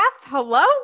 Hello